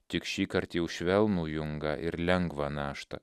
tik šįkart jau švelnų jungą ir lengvą naštą